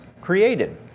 created